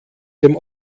dem